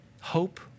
Hope